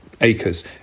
acres